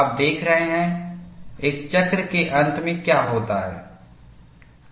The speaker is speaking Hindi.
आप देख रहे हैं एक चक्र के अंत में क्या होता है